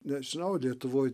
nežinau lietuvoj